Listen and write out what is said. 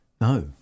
No